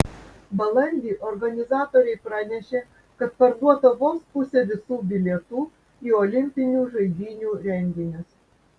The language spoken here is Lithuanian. balandį organizatoriai pranešė kad parduota vos pusė visų bilietų į olimpinių žaidynių renginius